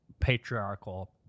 patriarchal